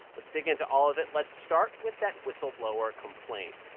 let's dig into all of it. let's start with that whistleblower complaint.